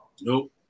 Nope